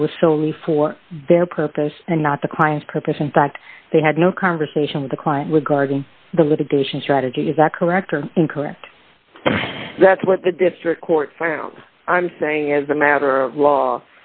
that was solely for their purpose and not the client's purpose and that they had no conversation with the client was guarding the litigation strategy is that correct or incorrect that's what the district court found i'm saying as a matter of law